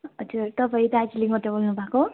हजुर तपाईँ दार्जिलिङबाट बोल्नु भएको हो